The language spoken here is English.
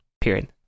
Period